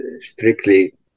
strictly